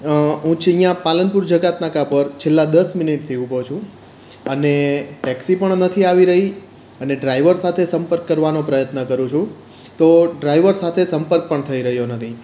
હું છું અહીંયા પાલનપુર જકાતનાકા પર છેલ્લા દસ મિનિટથી ઊભો છું અને ટેક્સી પણ નથી આવી રહી અને ડ્રાઇવર સાથે સંપર્ક કરવાનો પ્રયત્ન કરું છું તો ડ્રાઇવર સાથે સંપર્ક પણ થઈ રહ્યો નથી